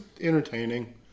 entertaining